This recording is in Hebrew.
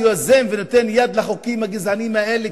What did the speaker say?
יוזם ונותן יד לחוקים הגזעניים האלה,